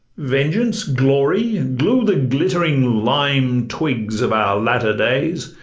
vengeance, glory, glue the glittering lime-twigs of our latter days,